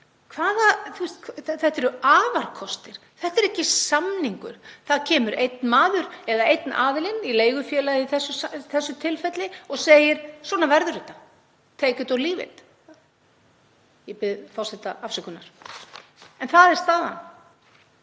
þetta eru afarkostir, þetta er ekki samningur. Það kemur einn maður eða einn aðili í leigufélagi í þessu tilfelli og segir: Svona verður þetta. „Take it or leave it.“ — Ég bið forseta afsökunar. Það er staðan.